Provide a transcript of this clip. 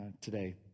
today